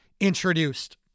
introduced